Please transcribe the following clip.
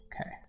Okay